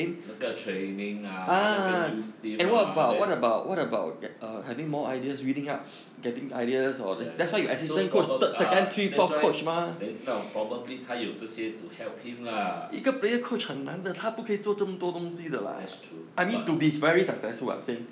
那个 training ah 那个跟 youth team ah then ya ya ya so proba~ uh that's why then 那种 probably 他有这些 to help him lah that's true but